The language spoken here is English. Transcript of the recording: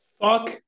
Fuck